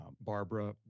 Barbara